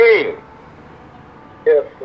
Yes